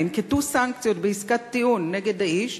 ננקטו סנקציות בעסקת טיעון נגד האיש,